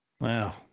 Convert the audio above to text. Wow